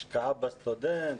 השקעה בסטודנט,